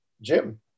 jim